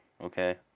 okay